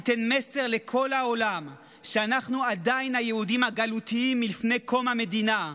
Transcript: ניתן מסר לכל העולם שאנחנו עדיין היהודים הגלותיים מלפני קום המדינה,